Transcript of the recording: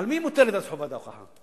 על מי מוטלת אז חובת ההוכחה?